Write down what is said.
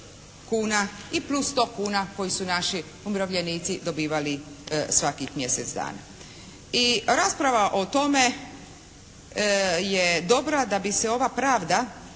kuna i plus 100 kuna koji su naši umirovljenici dobivali svakih mjesec dana. I rasprava o tome je dobra da bi se ova pravda